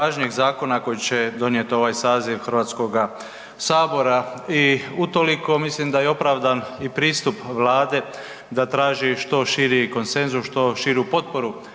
najvažnijih zakona koji će donijeti ovaj saziv Hrvatskoga sabora i utoliko mislim da je opravdan i pristup Vlade da traži što širi konsenzus, što širu potporu